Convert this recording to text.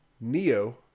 Neo